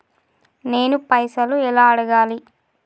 నేను పైసలు ఎలా అడగాలి?